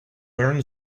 learn